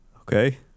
Okay